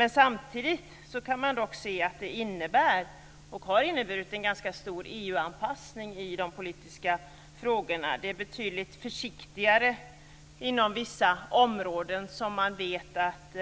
Men samtidigt kan man se att det har inneburit och innebär en ganska stor EU anpassning i de politiska frågorna. Man går försiktigare fram på vissa områden, där man vet att